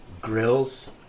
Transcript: Grills